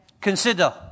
consider